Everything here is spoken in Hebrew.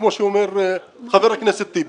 כמו שאומר חבר הכנסת טיבי,